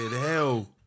Hell